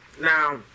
now